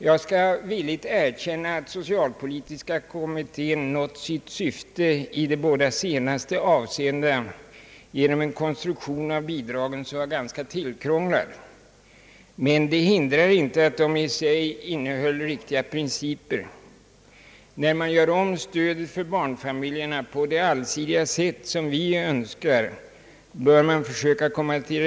Jag skall villigt erkänna att socialpolitiska kommittén nått sitt syfte i de båda senaste avseendena genom en konstruktion av bidragen som var ganska tillkrånglad, vilket inte hindrar att den i sig innehöll riktiga principer. När man gör om stödet för barnfamiljerna på det sätt som vi önskar, bör man försöka komma till.